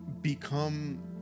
become